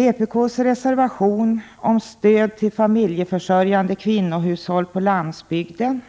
I vpk:s reservation om stöd till familjeförsörjande kvinnohushåll på landsbygden